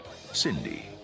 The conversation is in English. cindy